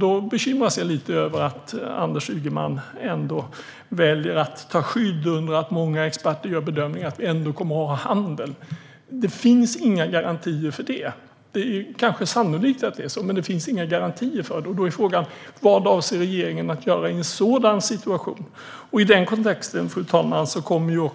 Jag bekymras lite av att Anders Ygeman väljer att ta skydd bakom att många experter gör bedömningen att vi ändå kommer att ha handel. Det finns inga garantier för det, även om det kanske är sannolikt. Då är frågan: Vad avser regeringen att göra i en sådan situation? I den kontexten, fru talman, kommer